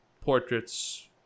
portraits